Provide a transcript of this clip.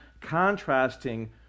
contrasting